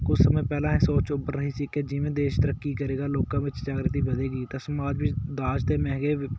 ਕੁਛ ਸਮੇਂ ਪਹਿਲਾਂ ਇਹ ਸੋਚ ਉਭਰ ਰਹੀ ਸੀ ਕਿ ਜਿਵੇਂ ਦੇਸ਼ ਤਰੱਕੀ ਕਰੇਗਾ ਲੋਕਾਂ ਵਿੱਚ ਜਾਗਰਤੀ ਵਧੇਗੀ ਤਾਂ ਸਮਾਜ ਵਿੱਚ ਦਾਜ ਅਤੇ ਮਹਿੰਗੇ